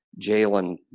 Jalen